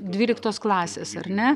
dvyliktos klasės ar ne